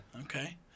Okay